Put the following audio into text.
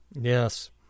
yes